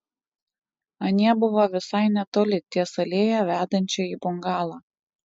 anie buvo visai netoli ties alėja vedančia į bungalą